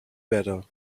better